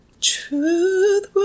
Truth